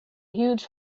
huge